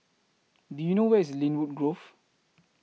Do YOU know Where IS Lynwood Grove